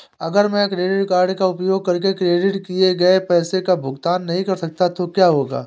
अगर मैं credit card का उपयोग करके क्रेडिट किए गए पैसे का भुगतान नहीं कर सकता तो क्या होगा?